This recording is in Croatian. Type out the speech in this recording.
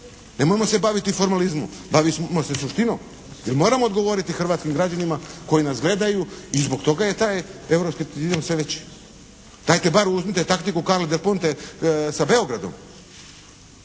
Nemojmo se baviti formalizmom! Bavimo se suštinom, jer moramo odgovoriti hrvatskim građanima koji nas gledaju i zbog toga je taj europski skepticizam sve veći. Dajte bar uzmite taktiku Carle del Ponte sa Beogradom.